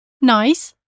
Nice